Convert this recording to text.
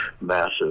massive